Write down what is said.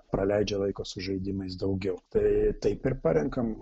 praleidžia laiko su žaidimais daugiau tai taip ir parenkam